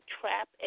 trap